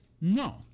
No